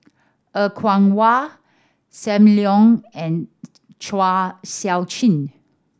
Er Kwong Wah Sam Leong and Chua Sian Chin